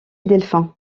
delphin